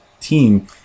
team